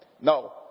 No